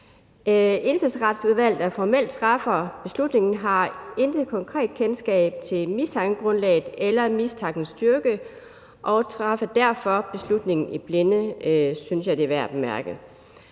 Indfødsretsudvalget, der formelt træffer beslutningen, har intet konkret kendskab til mistankegrundlaget eller mistankens styrke og træffer derfor beslutninger i blinde – det synes jeg er værd at bemærke.